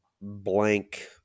blank